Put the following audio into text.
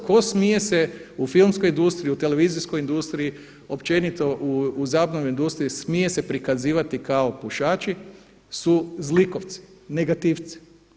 Tko smije se u filmskoj industriji, u televizijskoj industriji općenito u zabavnoj industriji smije se prikazivati kao pušači su zlikovci, negativci.